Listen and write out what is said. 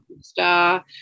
star